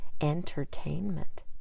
entertainment